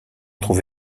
trouve